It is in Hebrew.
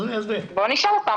בוא נשאל אותם.